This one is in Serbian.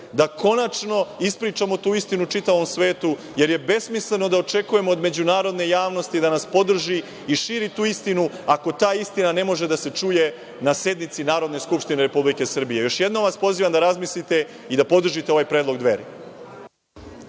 da konačno ispričamo tu istinu čitavom svetu jer je besmisleno da očekujemo od međunarodne javnosti da nas podrži i širi tu istinu, ako ta istina ne može da se čuje na sednici Narodne skupštine Republike Srbije. Još jednom vas pozivam da razmislite i da podržite ovaj predlog Dveri.